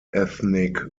ethnic